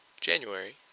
January